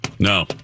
No